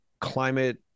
climate